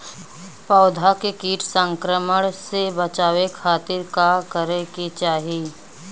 पौधा के कीट संक्रमण से बचावे खातिर का करे के चाहीं?